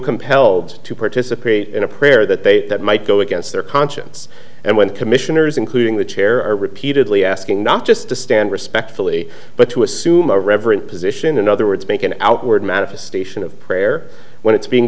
compelled to participate in a prayer that they that might go against their conscience and when the commissioners including the chair are repeatedly asking not just to stand respectfully but to assume a reverent position in other words make an outward manifestation of prayer when it's being